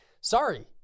sorry